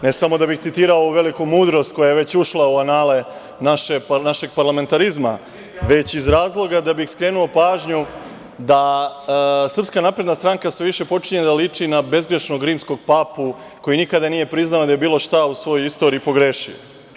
Ne da bih citirao ovu veliku mudrost, koja je već ušla u anale našeg parlamentarizma, već iz razloga da bih skrenuo pažnju da SNS sve više počinje da liči na bezgrešnog rimskog papu koji nikada nije priznao da je bilo šta u svojoj istoriji pogrešio.